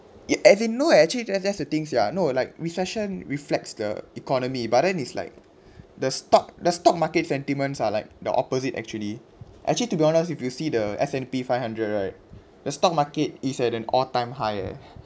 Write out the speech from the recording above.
as in no actually just just the things are no like recession reflects the economy but then it's like the stock the stock market sentiments are like the opposite actually actually to be honest if you see the S and P five hundred right the stock market is at then all time high eh